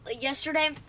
yesterday